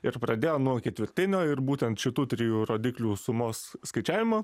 ir pradėjo nuo ketvirtinio ir būtent šitų trijų rodiklių sumos skaičiavimo